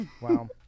Wow